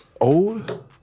old